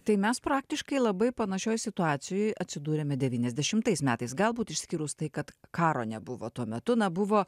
tai mes praktiškai labai panašioj situacijoj atsidūrėme devyniasdešimtais metais galbūt išskyrus tai kad karo nebuvo tuo metu na buvo